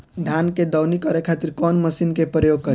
धान के दवनी करे खातिर कवन मशीन के प्रयोग करी?